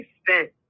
spent